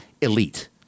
Elite